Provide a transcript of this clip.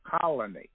colony